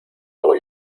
hago